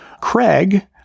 Craig